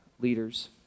leaders